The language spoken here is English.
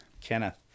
Kenneth